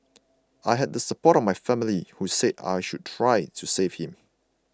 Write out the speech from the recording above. I had the support of my family who said I should try to save him